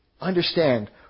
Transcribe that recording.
understand